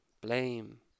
blame